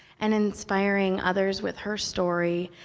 and inspiring others with her story,